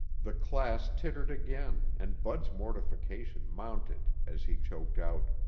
the class tittered again and bud's mortification mounted as he choked out,